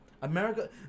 America